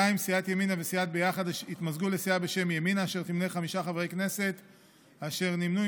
2. סיעת ימינה וסיעת ביחד התמזגו לסיעה בשם ימינה אשר תמנה חמישה